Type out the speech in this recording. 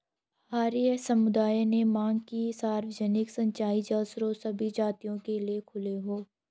अहीर समुदाय ने मांग की कि सार्वजनिक सिंचाई जल स्रोत सभी जातियों के लिए खुले हों